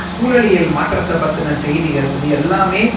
சூழலியல் மாற்றத்தை பற்றின செய்திகள் இது எல்லாம்